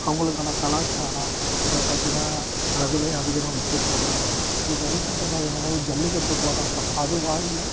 அவங்களுக்கான கலாச்சாரம் இதை பற்றின அதுலையும் அதிகமாக முக்கியத்துவம் தருவாங்க இப்போ ரீசண்ட்டாக பார்த்துக்கும்போது ஜல்லிக்கட்டு போராட்டம் அது வாயில்